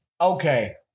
Okay